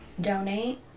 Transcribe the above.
donate